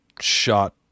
shot